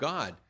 God